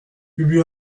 ubu